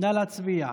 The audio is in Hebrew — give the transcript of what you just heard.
נא להצביע.